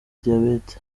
diyabete